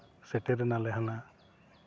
ᱥᱮᱴᱮᱨ ᱮᱱᱟᱞᱮ ᱦᱟᱱᱟ